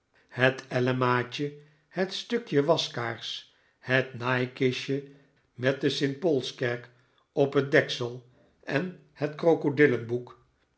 het ellemaatje het stukje waskaars het naaikistje met de st paulskerk op het deksel en het krokodillenboek